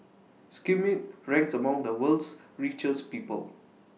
Schmidt ranks among the world's richest people